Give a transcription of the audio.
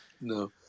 no